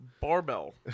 barbell